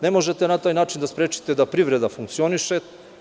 Ne možete na taj način da sprečite da privreda funkcioniše.